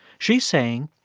she's saying,